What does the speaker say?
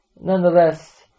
Nonetheless